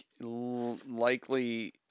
likely